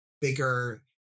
bigger